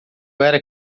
era